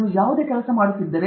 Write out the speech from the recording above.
ನೀವು ಯಾವುದೇ ಕೆಲಸ ಮಾಡುತ್ತಿದ್ದರೆ